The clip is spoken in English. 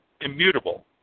immutable